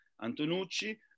Antonucci